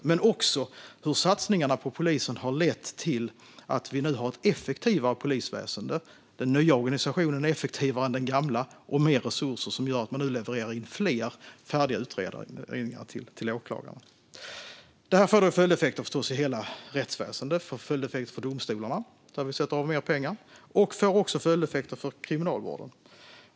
Det handlar också om att satsningarna på polisen har gett ett effektivare polisväsen. Den nya organisationen är effektivare än den gamla, och mer resurser gör att man nu levererar fler färdiga utredningar till åklagare. Detta får givetvis följdeffekter i hela rättsväsendet, och därför sätter vi av mer pengar till domstolarna. Det får också följdeffekter för kriminalvården.